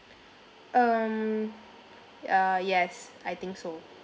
um uh yes I think so